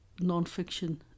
nonfiction